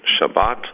Shabbat